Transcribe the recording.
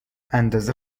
اندازه